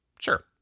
Sure